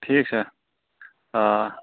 ٹھیٖک چھا آ